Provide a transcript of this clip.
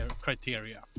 criteria